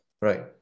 right